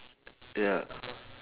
ya